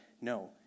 No